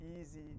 easy